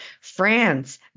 France